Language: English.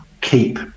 keep